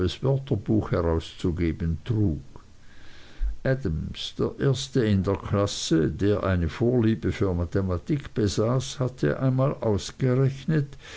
wörterbuch herauszugeben trug adams der erste in der klasse der eine vorliebe für mathematik besaß hatte einmal ausgerechnet